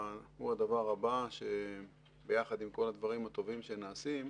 הדבר הבא שביחד עם כל הדברים הטובים שנעשים,